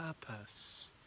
purpose